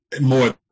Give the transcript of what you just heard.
More